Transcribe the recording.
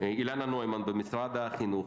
אילנה נוימן במשרד החינוך,